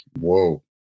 Whoa